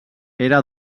era